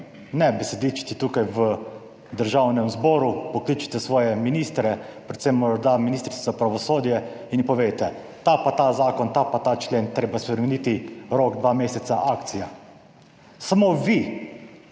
ne besedičiti tukaj v Državnem zboru, pokličite svoje ministre, predvsem morda ministrico za pravosodje in ji povejte, ta pa ta zakon, ta pa ta člen je treba spremeniti, rok dva meseca, akcija. Samo vi